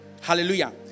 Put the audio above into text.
Hallelujah